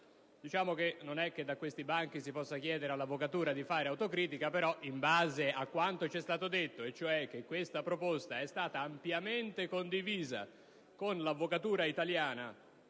autocritica. Non è che da questi banchi si possa chiedere all'avvocatura di fare autocritica, però, in base a quanto ci è stato detto, questa proposta è stata ampiamente condivisa con l'avvocatura italiana